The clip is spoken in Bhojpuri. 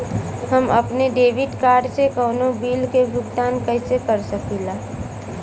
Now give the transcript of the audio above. हम अपने डेबिट कार्ड से कउनो बिल के भुगतान कइसे कर सकीला?